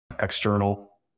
external